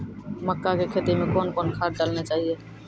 मक्का के खेती मे कौन कौन खाद डालने चाहिए?